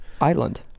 Island